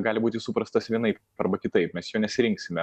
gali būti suprastas vienaip arba kitaip mes jo nesirinksime